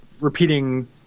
repeating